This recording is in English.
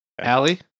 Allie